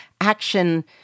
action